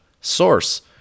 Source